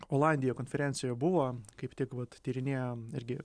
olandijoje konferencijoje buvo kaip tik vat tyrinėja irgi